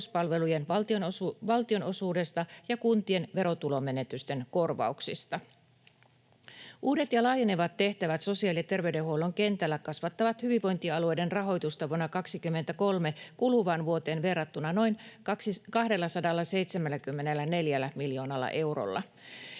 valtionosuudesta ja kuntien verotulomenetysten korvauksista. Uudet ja laajenevat tehtävät sosiaali- ja terveydenhuollon kentällä kasvattavat hyvinvointialueiden rahoitusta vuonna 23 kuluvaan vuoteen verrattuna noin 274 miljoonalla eurolla.